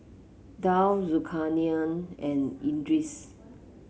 Daud Zulkarnain and Idris